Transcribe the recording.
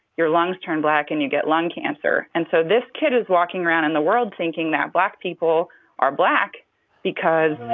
your lungs turn black and you get lung cancer. and so this kid is walking around in the world thinking that black people are black because.